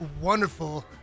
wonderful